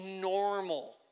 normal